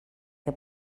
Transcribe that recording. que